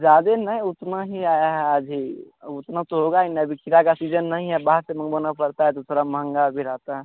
ज़्यादा नहीं उतना ही आया है आज ही अब उतना तो होगा ही ना अभी खीरा का सीजन नहीं है बाहर से मँगवाना पड़ता है तो थोड़ा महँगा भी रहता है